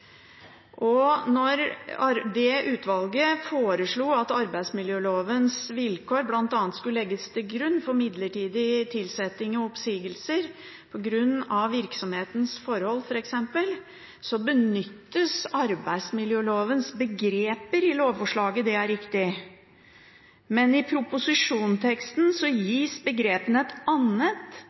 Når det utvalget foreslår at arbeidsmiljølovens vilkår bl.a. skal legges til grunn for midlertidig tilsetting og oppsigelser på grunn av virksomhetens forhold, f.eks., benyttes arbeidsmiljølovens begreper i lovforslaget – det er riktig – men i proposisjonsteksten gis begrepene et annet